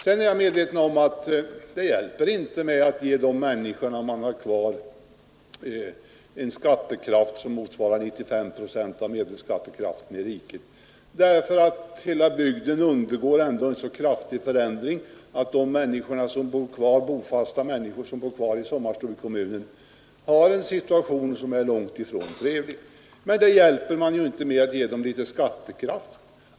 Sedan är jag medveten om att det inte räcker med att ge de människor man har kvar en skattekraft som motsvarar 95 procent av medelskattekraften i riket; hela bygden undergår ändå en så kraftig förändring att de bofasta människor som finns kvar i sommarstugekommunerna befinner sig i en situation som är långt ifrån trevlig. Men man hjälper inte upp det med att ge dem litet skattekraft.